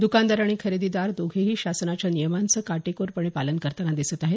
दुकानदार आणि खरेदीदार दोघेही शासनाच्या नियमांचं काटेकोरपणे पालन करतांना दिसत आहेत